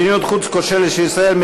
מדיניות חוץ כושלת של ישראל,